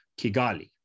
Kigali